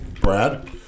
Brad